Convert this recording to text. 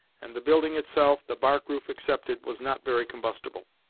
and the building itself, the bark roof excepted, was not very combustible.